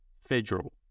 federal